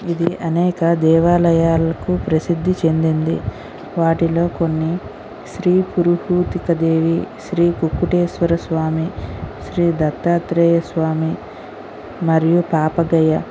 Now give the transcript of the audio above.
ఇది అనేక దేవాలయాలకు ప్రసిద్ధి చెందింది వాటిలో కొన్ని శ్రీ కురుహూతికా దేవి శ్రీ కుక్కుటేశ్వవర స్వామి శ్రీ దత్తాత్రేయ స్వామి మరియు పాపగయ